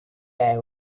day